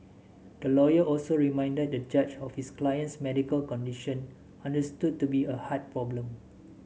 the lawyer also reminded the judge of his client's medical condition understood to be a heart problem